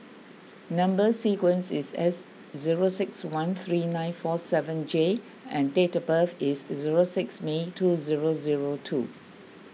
Number Sequence is S zero six one three nine four seven J and date of birth is zero six May two zero zero two